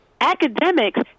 academics